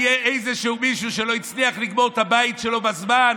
יהיה איזשהו מישהו שלא הצליח לגמור את הבית שלו בזמן,